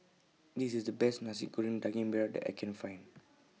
This IS The Best Nasi Goreng Daging Merah that I Can Find